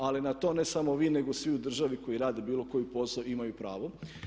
Ali na to ne samo vi nego svi u državi koji rade bilo koji posao imaju pravo.